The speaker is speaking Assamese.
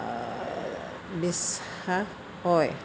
বিশ্বাস হয়